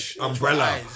umbrella